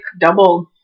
double